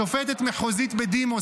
שופטת מחוזית בדימוס,